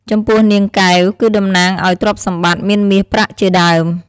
ចំពោះនាងកែវ គឺតំណាងឲ្យទ្រព្យសម្បត្តិ មានមាសប្រាក់ជាដើម ។